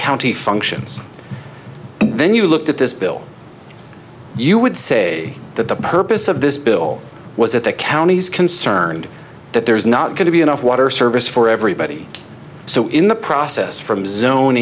county functions then you looked at this bill you would say that the purpose of this bill was that the counties concerned that there's not going to be enough water service for everybody so in the process from